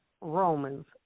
Romans